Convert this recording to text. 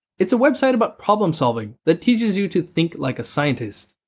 it's a website about problem-solving that teaches you to think like a scientist.